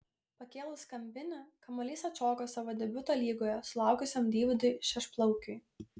pakėlus kampinį kamuolys atšoko savo debiuto lygoje sulaukusiam deividui šešplaukiui